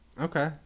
Okay